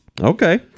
Okay